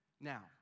Now